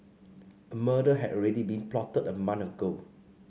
a murder had already been plotted a month ago